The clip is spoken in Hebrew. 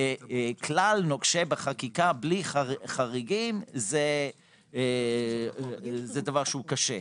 וכלל נוקשה בחקיקה בלי חריגים זה דבר שהוא קשה.